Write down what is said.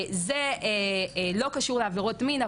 זה לא קשור לעבירות מין,